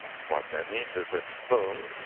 what that means is that well,